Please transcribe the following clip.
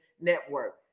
Network